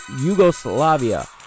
Yugoslavia